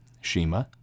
Shema